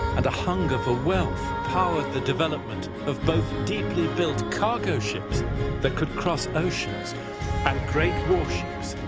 and a hunger for wealth powered the development of both deeply built cargo ships that could cross oceans and great warships.